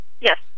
Yes